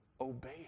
obey